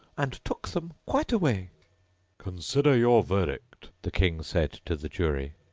and took them quite away consider your verdict the king said to the jury.